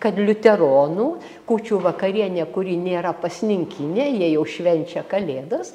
kad liuteronų kūčių vakarienė kuri nėra pasninkinė jie jau švenčia kalėdas